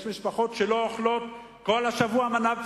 יש משפחות שלא אוכלות כל השבוע מנה בשרית,